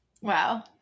Wow